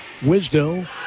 Wisdo